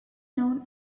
known